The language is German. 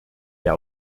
der